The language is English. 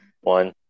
One